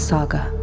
Saga